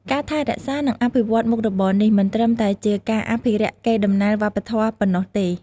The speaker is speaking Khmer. ការថែរក្សា និងអភិវឌ្ឍន៍មុខរបរនេះ មិនត្រឹមតែជាការអភិរក្សកេរដំណែលវប្បធម៌ប៉ុណ្ណោះទេ។